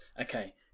Okay